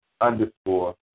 underscore